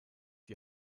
die